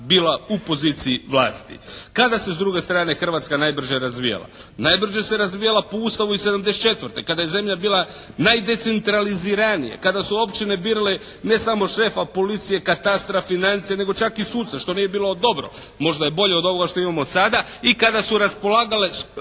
bila u poziciji vlasti. Kada se s druge strane Hrvatska najbrže razvijala? Najbrže se razvijala po Ustavu iz '74., kada je zemlja bila najdecentraliziranija, kada su općine birale ne samo šefa policije, katastra, financija nego čak i suca što nije bilo dobro, možda je bolje od ovoga što imamo sada. I kada su raspolagale